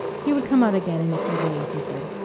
he would come out again in a few days, he said.